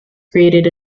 created